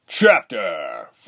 CHAPTER